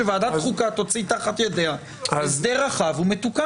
שוועדת החוקה תוציא תחת ידיה הסדר רחב ומתוקן?